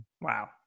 Wow